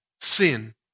sin